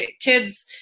Kids